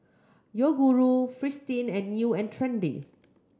Yoguru Fristine and New and Trendy